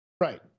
Right